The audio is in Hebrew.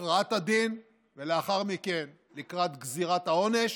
הכרעת הדין ולאחר מכן לקראת גזירת העונש,